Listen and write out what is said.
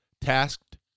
tasked